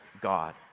God